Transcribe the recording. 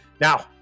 Now